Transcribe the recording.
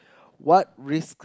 what risk